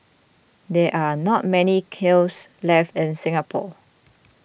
there are not many kilns left in Singapore